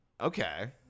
Okay